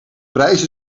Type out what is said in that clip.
prijs